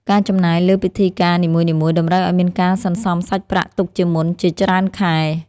ការចំណាយលើពិធីការនីមួយៗ តម្រូវឱ្យមានការសន្សំសាច់ប្រាក់ទុកជាមុនជាច្រើនខែ។